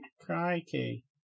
Crikey